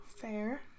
fair